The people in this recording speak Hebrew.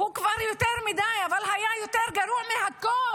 הוא כבר יותר מדי, אבל היה יותר גרוע מהכול,